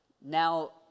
now